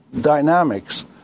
dynamics